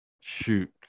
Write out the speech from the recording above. shoot